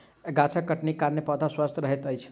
गाछक छटनीक कारणेँ पौधा स्वस्थ रहैत अछि